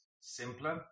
simpler